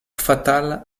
fatal